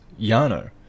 Yano